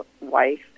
wife